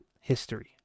history